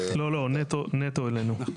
לא, נטו אלינו.